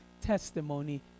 testimony